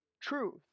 truth